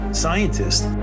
scientists